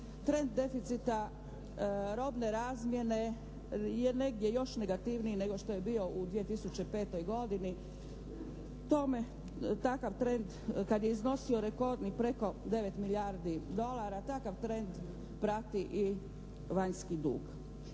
trend deficita robne razmjene je negdje još negativniji nego što je bio u 2005. godini. Tome, takav trend kad je iznosio rekordnih preko 9 milijardi dolara, takav trend prati i vanjski dug.